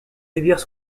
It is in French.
rivières